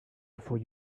before